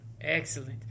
Excellent